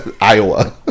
Iowa